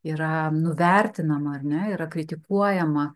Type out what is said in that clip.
yra nuvertinama ar ne yra kritikuojama